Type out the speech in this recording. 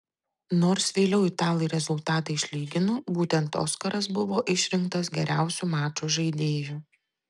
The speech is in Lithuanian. nors vėliau italai rezultatą išlygino būtent oskaras buvo išrinktas geriausiu mačo žaidėju